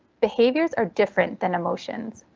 behaviors are different than emotions.